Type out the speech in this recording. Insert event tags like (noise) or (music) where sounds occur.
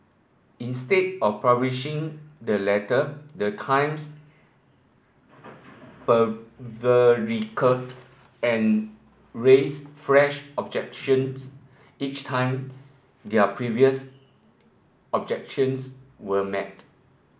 instead of publishing the letter the Times (unintelligible) and raised fresh objections each time their previous objections were met